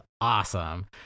awesome